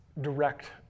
direct